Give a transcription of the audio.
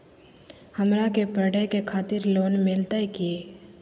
हमरा के पढ़े के खातिर लोन मिलते की?